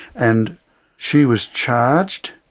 and she was charged,